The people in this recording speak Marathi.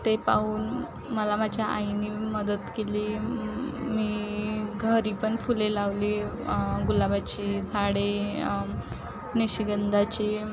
ते पाहून मला माझ्या आईने मदत केली मी घरी पण फुले लावली गुलाबाची झाडे निशिगंधाची